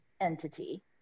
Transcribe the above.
entity